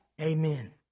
Amen